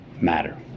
matter